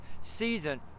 season